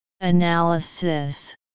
Analysis